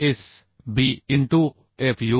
a s b into F u